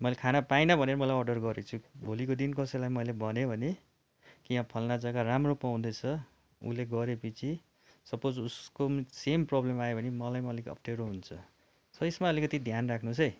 मैले खाना पाइनँ भनेर मैले अर्डर गरेको छु भोलिको दिन कसैलाई मैले भनेँ भने कि यहाँ फलना जग्गा राम्रो पाउँदैछ उसले गरेपछि सपोज उसको पनि सेम प्रोब्लम आयो भने मलाई पनि अलिक अप्ठ्यारो हुन्छ सो यसमा अलिकति ध्यान राख्नुहोसै